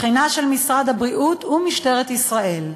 בחינה של משרד הבריאות ומשטרת ישראל.